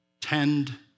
tend